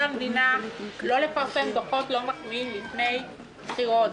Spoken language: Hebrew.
המדינה לא לפרסם דוחות לא מחמיאים לפני בחירות.